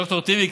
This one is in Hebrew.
ד"ר טיבי,